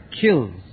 kills